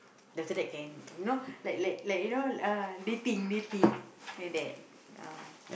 then after that can like you know uh dating dating like that